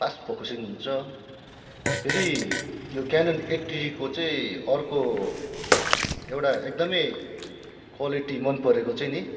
fast focusing हुन्छ फेरि त्यो क्यानन एट्टी डीको चाहिँ अर्को एउटा एकदम क्वालेटी मन परेको चाहिँ नि